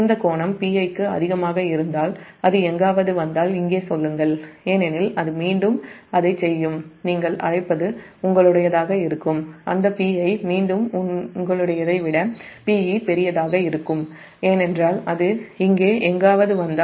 இந்த கோணம் Pi க்கு அதிகமாக இருந்தால் அது எங்காவது வந்தால் இங்கே சொல்லுங்கள் ஏனெனில் அது மீண்டும் அதைச் செய்யும் நீங்கள் அழைப்பது உங்களுடையதாக இருக்கும் அந்த Pi மீண்டும் உன்னுடையதை விட Pe பெரியதாக இருக்கும் ஏனென்றால் அது இங்கே எங்காவது வந்தால்